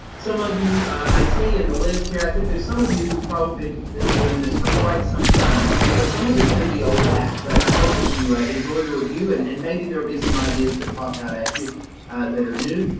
some of you i see in the list here, i think there's some of you who probably have been doing this for quite some time, so some of this may be old hat, but i hope that you enjoy the review and and maybe there'll be some ideas that pop out at you that are new.